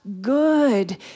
good